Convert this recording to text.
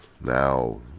now